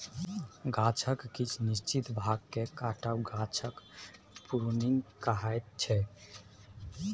गाछक किछ निश्चित भाग केँ काटब गाछक प्रुनिंग कहाइ छै